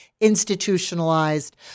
institutionalized